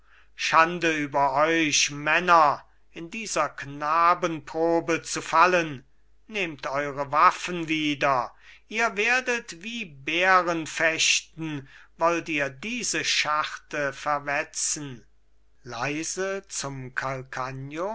schande über euch männer in dieser knabenprobe zu fallen nehmt eure waffen wieder ihr werdet wie bären fechten wollt ihr diese scharte verwetzen leise zum